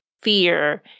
fear